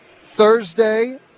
thursday